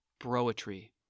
Broetry